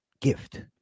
gift